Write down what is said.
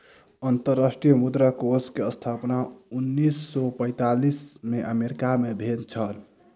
अंतर्राष्ट्रीय मुद्रा कोष के स्थापना उन्नैस सौ पैंतालीस में अमेरिका मे भेल छल